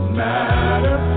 matter